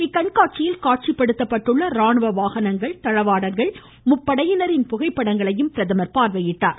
இக்கண்காட்சியில் காட்சிப்படுத்தப்பட்டுள்ள ராணுவ வாகனங்கள் தளவாடங்கள் முப்படையினரின் புகைப்படங்களையும் பிரதமர் பார்வையிட்டார்